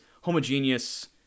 homogeneous